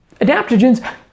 adaptogens